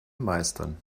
meistern